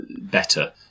better